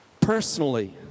personally